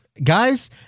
Guys